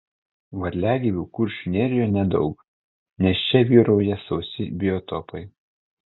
varliagyvių kuršių nerijoje nedaug nes čia vyrauja sausi biotopai